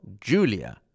Julia